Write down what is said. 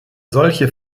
solche